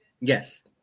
yes